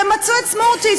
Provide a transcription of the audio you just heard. ומצאו את סמוטריץ,